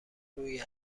روی